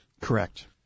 Correct